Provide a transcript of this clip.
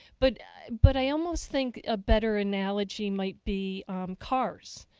but but i almost think a better analogy might be cars.